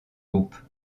groupe